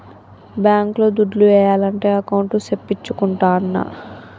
bank లో దుడ్లు ఏయాలంటే అకౌంట్ సేపిచ్చుకుంటాన్న